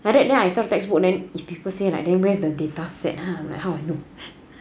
like that then I sell textbook then if people say like that then where is the data set ah then I like !huh! how I know